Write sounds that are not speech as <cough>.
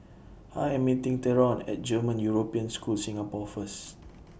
I Am meeting Theron At German European School Singapore First <noise>